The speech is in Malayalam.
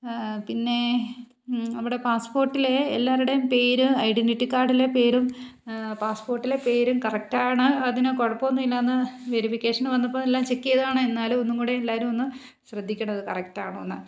പിന്നെ അവിടെ പാസ്പോർട്ടിലെ എല്ലാവരുടേയും പേര് ഐഡൻ്റിറ്റി കാർഡിലെ പേരും പാസ്പോർട്ടിലെ പേരും കറക്റ്റ് ആണ് അതിന് കുഴപ്പമൊന്നും ഇല്ലായെന്ന് വെരിഫിക്കേഷന് വന്നപ്പോൾ എല്ലാം ചെക്ക് ചെയ്തതാണ് എന്നാലും ഒന്നുംകൂടി എല്ലാവരും ഒന്ന് ശ്രദ്ധിക്കണത് കറക്റ്റാണോയെന്ന്